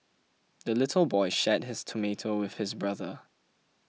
the little boy shared his tomato with his brother